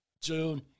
June